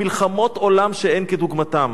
מלחמות עולם שאין כדוגמתן.